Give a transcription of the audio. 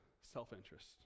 self-interest